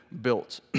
built